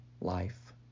life